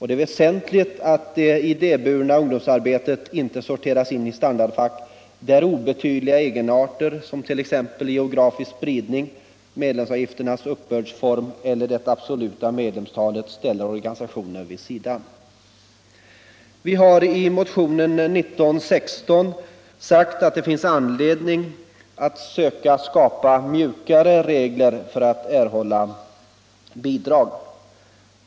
Det är väsentligt att det idéburna ungdomsarbetet inte sorteras in i standardfack där obetydliga egenarter, t.ex. geografisk spridning, medlemsavgiftens uppbördsform eller det absoluta medlemstalet, ställer organisationer vid sidan. Vi har i motionen 1975:1916 sagt att det finns anledning att söka skapa ”mjukare” regler för erhållande av bidrag.